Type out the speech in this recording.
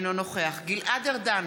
אינו נוכח גלעד ארדן,